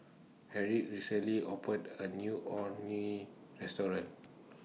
Harriette recently opened A New Orh Nee Restaurant